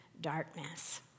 darkness